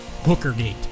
Hookergate